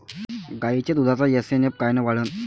गायीच्या दुधाचा एस.एन.एफ कायनं वाढन?